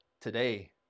today